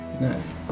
Nice